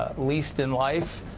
least in life.